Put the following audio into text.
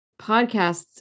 podcasts